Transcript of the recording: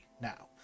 now